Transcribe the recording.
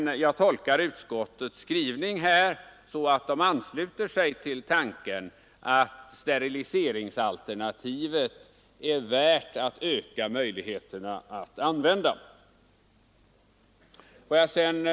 Jag tolkar dock utskottets skrivning så att utskottet ansluter sig till tanken att det kan vara av värde att öka möjligheterna att utnyttja steriliseringsalternativet.